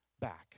back